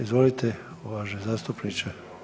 Izvolite uvaženi zastupniče.